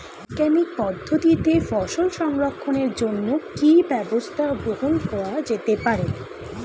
বৈজ্ঞানিক পদ্ধতিতে ফসল সংরক্ষণের জন্য কি ব্যবস্থা গ্রহণ করা যেতে পারে?